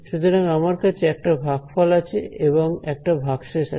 সুতরাং আমার কাছে একটা ভাগফল আছে এবং একটা ভাগশেষ আছে